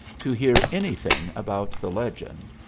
to hear anything about the legend,